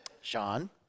Sean